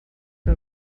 que